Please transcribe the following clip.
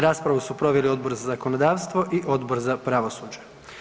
Raspravu su proveli Odbor za zakonodavstvo i Odbor za pravosuđe.